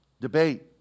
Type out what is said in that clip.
Debate